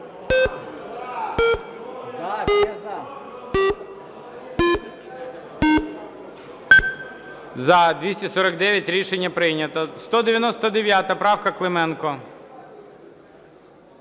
За-249 Рішення прийнято. 199 правка. Клименко.